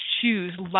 choose